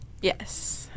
yes